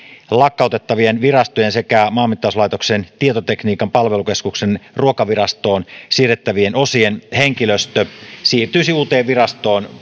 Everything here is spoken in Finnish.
lakkautettavien virastojen sekä maanmittauslaitoksen tietotekniikan palvelukeskuksen ruokavirastoon siirrettävien osien henkilöstö siirtyisi uuteen virastoon